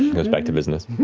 goes back to business.